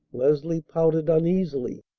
leslie pouted uneasily.